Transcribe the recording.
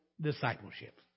discipleship